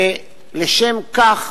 ולשם כך